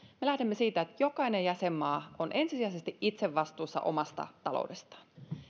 me lähdemme siitä että jokainen jäsenmaa on ensisijaisesti itse vastuussa omasta taloudestaan